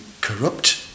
corrupt